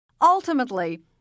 Ultimately